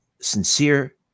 sincere